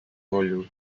oulu